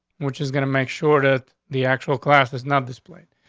which is gonna make sure that the actual class is not displayed,